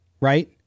right